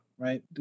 Right